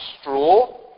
straw